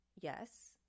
Yes